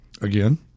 again